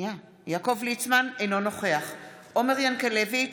עומר ינקלביץ,